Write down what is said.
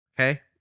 Okay